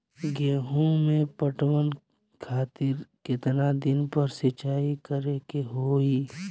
गेहूं में पटवन खातिर केतना दिन पर सिंचाई करें के होई?